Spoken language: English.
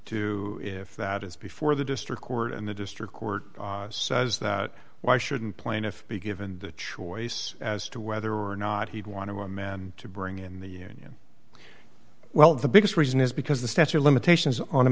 to if that is before the district court and the district court says that why shouldn't plaintiff be given the choice as to whether or not he'd want to a man to bring in the union well the biggest reason is because the statute of limitations on